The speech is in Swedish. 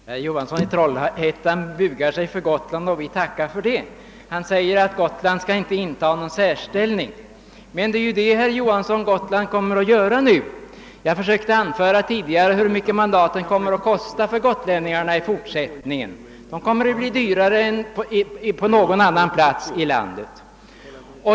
Herr talman! Herr Johansson i Trollhättan bugar sig för Gotland och vi tackar för det. Han säger att Gotland inte skall intaga någon särställning. Men det är just vad Gotland kommer att göra, herr Johansson. Jag försökte förklara tidigare hur mycket mandaten kommer att kosta gotlänningarna i fortsättningen. De kommer att bli dyrare på Gotland än på någon annan plats i landet.